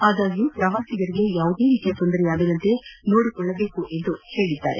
ಆದಾಗ್ಯೂ ಪ್ರವಾಸಿಗರಿಗೆ ಯಾವುದೇ ರೀತಿಯ ತೊಂದರೆಯಾಗದಂತೆ ನೋಡಿಕೊಳ್ಲವಂತೆ ತಿಳಿಸಿದ್ದಾರೆ